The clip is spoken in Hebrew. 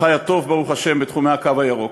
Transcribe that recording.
וחיה טוב, ברוך השם, בתחומי הקו הירוק.